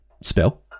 spell